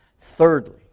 Thirdly